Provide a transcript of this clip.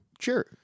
sure